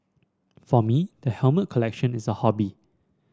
for me the helmet collection is a hobby